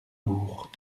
bourg